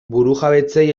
burujabetzei